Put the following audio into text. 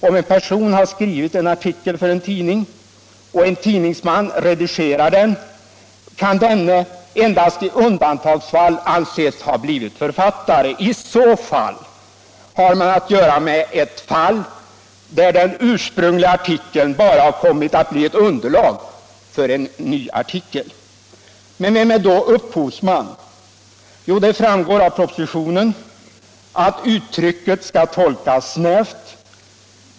Om en person har skrivit en artikel för en tidning och en tidningsman redigerar den, kan denne endast i undantagsfall anses ha blivit författare. I så fall har man att göra med ett fall där den ursprungliga artikeln bara har kommit att bli ett underlag för en ny artikel. Men vem är då upphovsman? Det framgår av propositionen att uttrycket skall tolkas snävt.